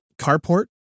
carport